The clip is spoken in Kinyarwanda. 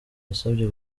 yasabye